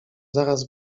zaraz